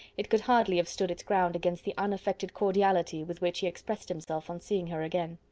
it could hardly have stood its ground against the unaffected cordiality with which he expressed himself on seeing her again.